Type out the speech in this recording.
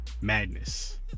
madness